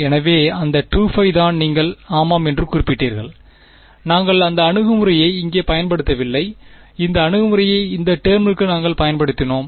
எனவே அந்த 2π தான் நீங்கள் ஆமாம் என்று குறிப்பிடுகிறீர்கள் நாங்கள் அந்த அணுகுமுறையை இங்கே பயன்படுத்தவில்லை இந்த அணுகுமுறையை இந்த டேர்முக்கு நாங்கள் பயன்படுத்தினோம்